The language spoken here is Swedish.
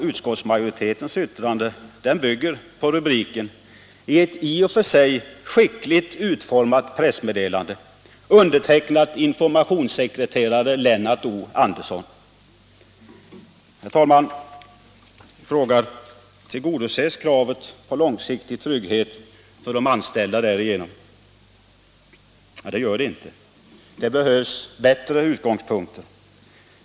Utskottsmajoritetens yttrande bygger på ingressen till ett i och för sig skickligt utformat pressmeddelande, undertecknat av informationssekreteraren Lennart O. Andersson. Herr talman! Jag vill fråga: Tillgodoses kravet på långsiktig trygghet för de anställda därigenom? Det gör det inte. Här behövs bättre utgångspunkter.